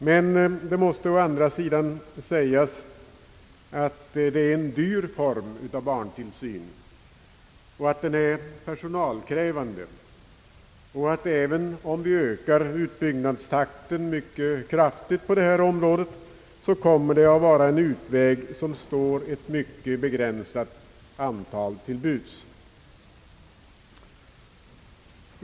Men det måste å andra si dan sägas att det är en dyr form av barntillsyn, att den är personalkrävande och att även om vi ökar utbyggnadstakten mycket kraftigt på detta område kommer det att vara en utväg som står ett mycket begränsat antal till buds.